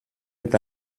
est